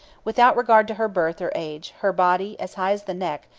without regard to her birth or age, her body, as high as the neck,